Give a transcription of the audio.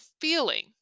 feeling